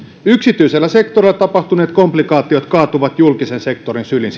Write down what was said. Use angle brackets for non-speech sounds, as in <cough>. yksityisellä sektorilla tapahtuneet komplikaatiot kaatuvat julkisen sektorin syliin <unintelligible>